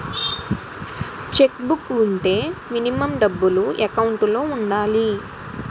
Check book వుంటే minimum డబ్బులు account లో ఉండాలి?